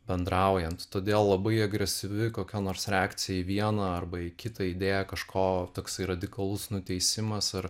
bendraujant todėl labai agresyvi kokia nors reakcija į vieną arba į kitą idėją kažko toksai radikalus nuteisimas ar